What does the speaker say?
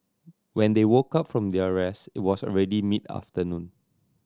when they woke up from their rest it was already mid afternoon